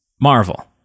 Marvel